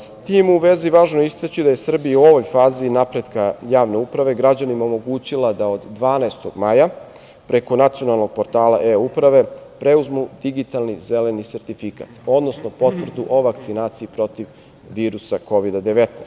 S tim u vezi, važno je istaći da je Srbija u ovoj fazi napretka javne uprave građanima omogućila da od 12. maja preko nacionalnog portala e-uprave preuzmu digitalni zeleni sertifikat, odnosno potvrdu o vakcinaciji protiv virusa Kovida 19.